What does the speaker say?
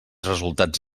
resultats